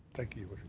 thank you, but